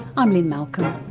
i'm lynne malcolm